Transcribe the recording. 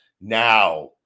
Now